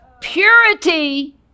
Purity